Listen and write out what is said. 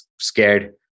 scared